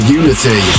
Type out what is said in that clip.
unity